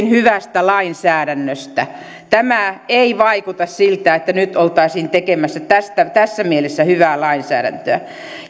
hyvästä lainsäädännöstä tämä ei vaikuta siltä että nyt oltaisiin tekemässä tässä mielessä hyvää lainsäädäntöä